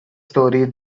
story